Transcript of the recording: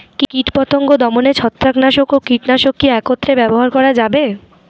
কীটপতঙ্গ দমনে ছত্রাকনাশক ও কীটনাশক কী একত্রে ব্যবহার করা যাবে?